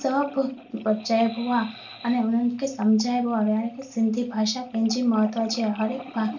त बि चइबो आहे अने हुननि खे समुझाइबो आहे की भई हाणे सिंधी भाषा पंहिंजी महत्व जी आहे हर एक पा